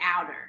outer